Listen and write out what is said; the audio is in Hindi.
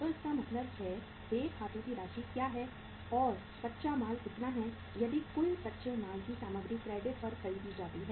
तो इसका मतलब है देय खातों की राशि क्या है और कच्चा माल कितना है यदि कुल कच्चे माल की सामग्री क्रेडिट पर खरीदी जाती है